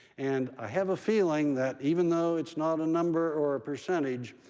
and i have a feeling that even though it's not a number or a percentage,